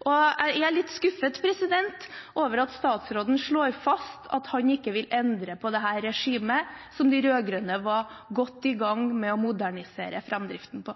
og jeg er litt skuffet over at statsråden slår fast at han ikke vil endre på dette regimet, som de rød-grønne var godt i gang med å modernisere framdriften på.